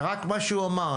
ורק מה שהוא אמר,